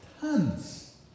tons